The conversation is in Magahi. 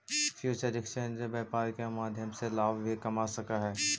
फ्यूचर एक्सचेंज व्यापार के माध्यम से लाभ भी कमा सकऽ हइ